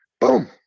boom